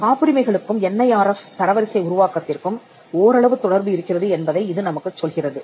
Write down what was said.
காப்புரிமைகளுக்கும் N I R F தரவரிசை உருவாக்கத்திற்கும் ஓரளவு தொடர்பு இருக்கிறது என்பதை இது நமக்குச் சொல்கிறது